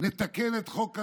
לתקן את חוק הלאום,